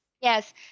yes